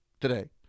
today